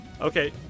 Okay